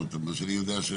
ממה שאני יודע,